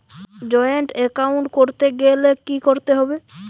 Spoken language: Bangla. জয়েন্ট এ্যাকাউন্ট করতে গেলে কি করতে হবে?